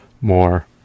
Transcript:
more